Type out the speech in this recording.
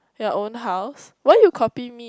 your own house why you copy me